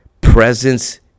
presence